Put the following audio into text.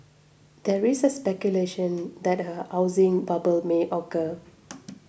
the speculation that a housing bubble may occur